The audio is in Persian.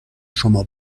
شما